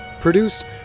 produced